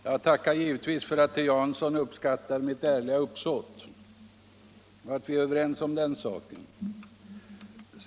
Herr talman! Jag tackar givetvis för att herr Jansson uppskattar mitt ärliga uppsåt. Vi är alltså överens om den saken.